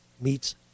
meets